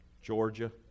Georgia